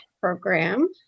program